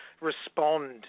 respond